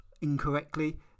incorrectly